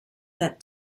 that